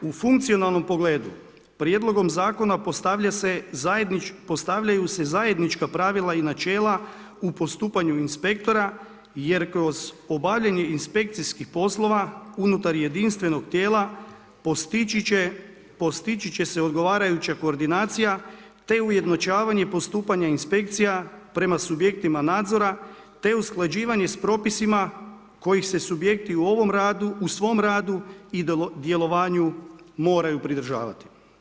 U funkcionalnom pogledu, prijedlogom zakona postavljaju se zajednička pravila i načela u postupanju inspektora jer kroz obavljanje inspekcijskih poslova unutar jedinstvenog tijela postići će se odgovarajuća koordinacija te ujednačavanje postupanja inspekcija prema subjektima nadzora te usklađivanje s propisima kojih se subjekti u ovom radu, u svom radu i djelovanju moraju pridržavati.